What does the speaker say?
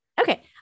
okay